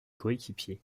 coéquipiers